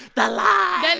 the lies and